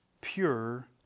pure